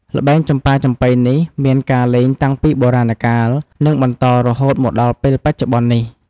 ល្បែងចំប៉ាចំប៉ីនេះ មានការលេងតាំងពីបុរាកាល និងបន្តរហូតមកដល់ពេលបច្ចុប្បន្ននេះ។